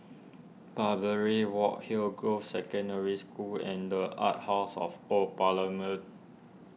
Barbary Walk Hillgrove Secondary School and the Arts House of Old Parliament